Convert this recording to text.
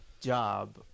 job